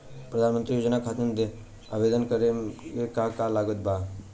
प्रधानमंत्री योजना खातिर आवेदन करे मे का का लागत बा?